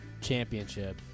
championship